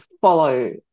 follow